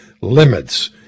limits